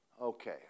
okay